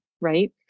right